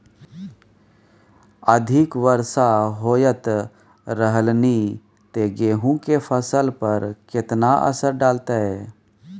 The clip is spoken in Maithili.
अधिक वर्षा होयत रहलनि ते गेहूँ के फसल पर केतना असर डालतै?